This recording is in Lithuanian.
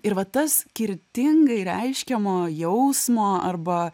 ir va tas skirtingai reiškiamo jausmo arba